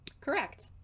Correct